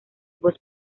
voz